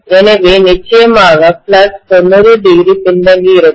எனவே நிச்சயமாக ஃப்ளக்ஸ் 90° பின்தங்கி இருக்கும்